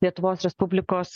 lietuvos respublikos